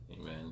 amen